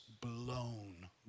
blown